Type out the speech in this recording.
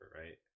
right